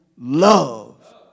love